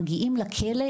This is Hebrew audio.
מגיעים לכלא,